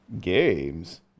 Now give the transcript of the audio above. Games